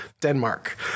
Denmark